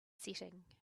setting